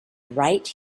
right